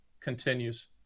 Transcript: continues